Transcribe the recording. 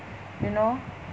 you know